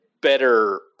better